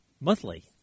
Monthly